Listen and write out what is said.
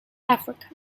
africa